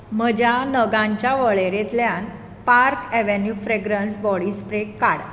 म्हज्या नगांच्या वळेरेंतल्यान Park Avenue fragrance body spray काड